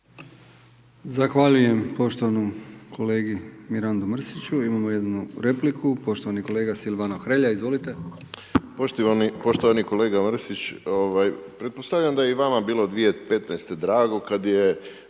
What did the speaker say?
Zahvaljujem poštovanom kolegi Mirandu Mrsiću, imamo jednu repliku, poštovani kolega Silvano Hrelja, izvolite. **Hrelja, Silvano (HSU)** Poštovani kolega Mrsić, pretpostavljam da je i vama bilo 2015. drago, kada je